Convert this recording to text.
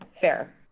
fair